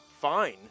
Fine